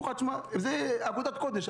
אומרים לך: זו עבודת קודש.